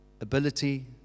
ability